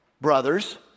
Brothers